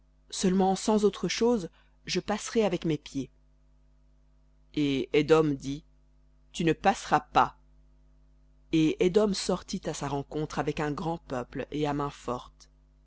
seulement sans autre chose je passerai avec mes pieds et dit tu ne passeras pas et édom sortit à sa rencontre avec un grand peuple et à main forte